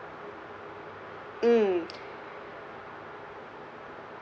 mm